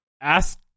ask